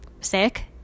sick